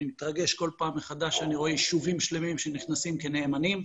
אני מתרגש בכל פעם מחדש שאני רואה ישובים שלמים שנכנסים כנאמנים.